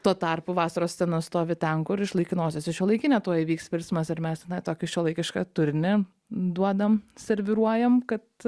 tuo tarpu vasaros scena stovi ten kur iš laikinosios į šiuolaikinę tuoj įvyks virsmas ir mes na tokį šiuolaikišką turinį duodam serviruojam kad